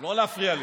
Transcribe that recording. לא להפריע לי.